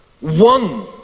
one